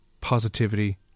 positivity